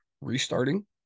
restarting